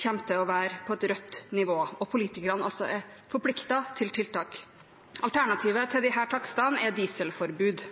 kommer til å være på et rødt nivå og politikerne er forpliktet til å innføre tiltak. Alternativet til